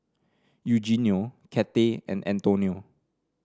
Eugenio Cathey and Antonio